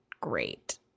great